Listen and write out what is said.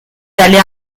dalle